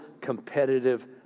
competitive